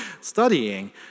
studying